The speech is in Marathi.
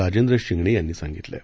राजेंद्र शिंगणे यांनी सांगितलं आहे